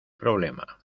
problema